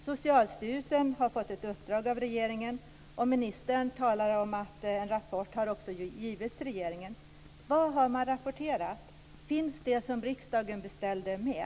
Socialstyrelsen har fått ett uppdrag av regeringen, och ministern talar om att en rapport har avgivits till regeringen. Vad har man rapporterat? Finns det som riksdagen beställt med?